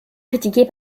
critiqué